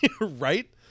right